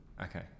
Okay